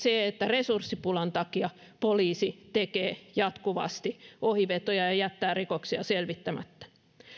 se että resurssipulan takia poliisi tekee jatkuvasti ohivetoja ja jättää rikoksia selvittämättä